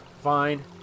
Fine